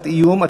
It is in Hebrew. פה על אף אחד.